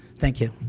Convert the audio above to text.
thank you.